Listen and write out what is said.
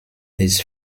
des